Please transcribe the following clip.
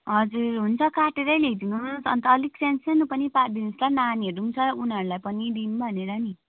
हजुर हुन्छ काटेरै ल्याइदिनुहोस् अन्त अलिक सनोसानो पनि पारिदिनुहोस् ल नानीहरू पनि छ उनीहरूलाई पनि दिउँ भनेर नि